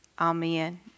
Amen